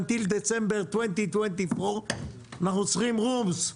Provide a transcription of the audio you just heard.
תמתין לדצמבר 2024 אנחנו צריכים rooms,